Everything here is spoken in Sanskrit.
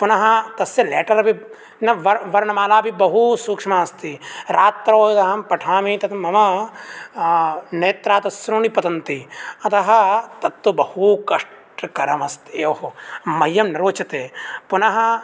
पुनः तस्य लेटर् अपि न वर्णमाला अपि बहुसूक्ष्मा अस्ति रात्रौ अहं पठामि तत् मम नेत्रात् अश्रूणि पतन्ति अतः तत्तु बहुकष्टकरम् अस्ति ओ हो मह्यं न रोचते पुनः